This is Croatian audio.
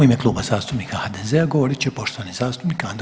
U ime Kluba zastupnika HDZ-a govorit će poštovani zastupnik